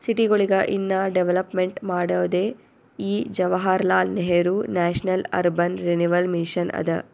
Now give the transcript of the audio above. ಸಿಟಿಗೊಳಿಗ ಇನ್ನಾ ಡೆವಲಪ್ಮೆಂಟ್ ಮಾಡೋದೇ ಈ Jawaharlal Nehru national urban renewal mission ಅದಾ